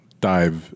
dive